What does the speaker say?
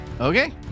Okay